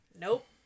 Nope